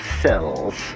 cells